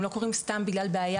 הם לא קורים סתם בגלל בעיה